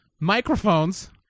microphones